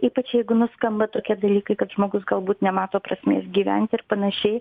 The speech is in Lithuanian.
ypač jeigu nuskamba tokie dalykai kad žmogus galbūt nemato prasmės gyventi ir panašiai